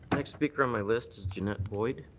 next speaker on my list is jeanette boyd.